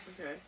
okay